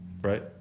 Right